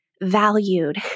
valued